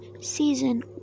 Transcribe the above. season